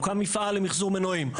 הוקם מפעל למחזור מנועים.